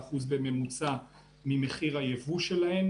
ב-18% בממוצע ממחיר הייבוא שלהן